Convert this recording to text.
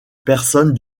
personnes